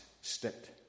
stepped